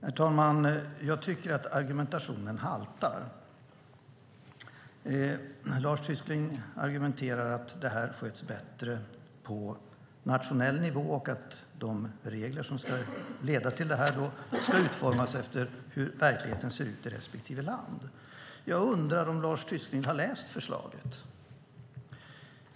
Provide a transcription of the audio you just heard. Herr talman! Jag tycker att argumentationen haltar. Lars Tysklind argumenterar att frågan sköts bättre på nationell nivå och att de regler som ska leda till detta ska utformas efter hur verkligheten ser ut i respektive land. Jag undrar om Lars Tysklind har läst förslaget.